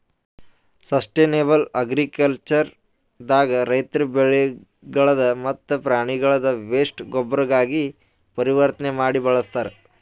sustainable agriculture ದಾಗ ರೈತರ್ ಬೆಳಿಗಳ್ದ್ ಮತ್ತ್ ಪ್ರಾಣಿಗಳ್ದ್ ವೇಸ್ಟ್ ಗೊಬ್ಬರಾಗಿ ಪರಿವರ್ತನೆ ಮಾಡಿ ಬಳಸ್ತಾರ್